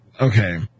Okay